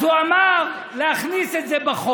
אז הוא אמר: להכניס את זה בחוק,